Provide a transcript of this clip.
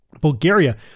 Bulgaria